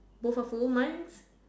both are full mine